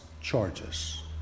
charges